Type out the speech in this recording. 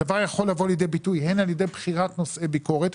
הדבר יכול לבוא לידי ביטוי הן על ידי בחירת נושאי ביקורת,